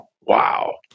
wow